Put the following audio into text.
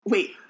Wait